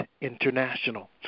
International